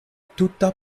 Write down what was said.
tuta